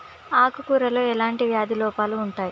ఆకు కూరలో ఎలాంటి వ్యాధి లోపాలు ఉంటాయి?